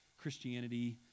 Christianity